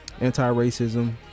anti-racism